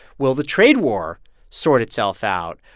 will the trade war sort itself out?